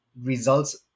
results